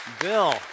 Bill